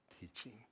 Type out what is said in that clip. teaching